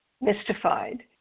mystified